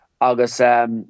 August